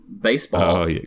Baseball